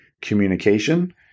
Communication